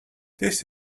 this